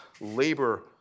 labor